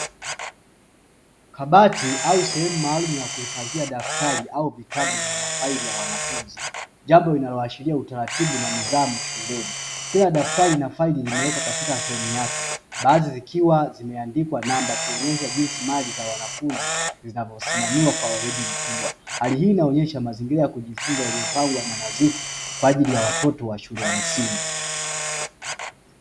Kabati au sehemu maalumu ya kuhifadhia daftari au vitabu na mafaili ya wanafunzi, jambo linaloashiria utaratibu na nidhamu shuleni, kila daftari inafaili limewekwa katika sehemu yake baadhi zikiwa zimeandikwa namba kuonyesha jinsi mali za wanafunzi zinavyosimamiwa kwa weredi mkubwa, hali hii inaonyesha mazingira ya kujifunza yaliyopangwa na nadhifu kwa ajili ya watoto wa shule ya msingi.